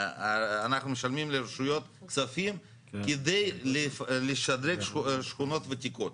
אנחנו משלמים לרשויות כספים כדי לשדרג שכונות ותיקות.